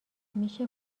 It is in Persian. میشه